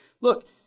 Look